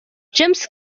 james